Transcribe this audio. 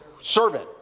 servant